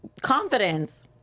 confidence